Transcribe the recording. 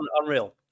unreal